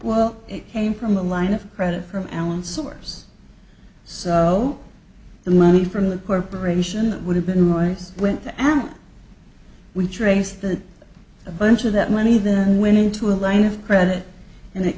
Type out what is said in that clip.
well it came from a line of credit from allan source so the money from the corporation that would have been royce went to and we traced that a bunch of that money then went into a line of credit and it